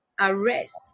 Arrest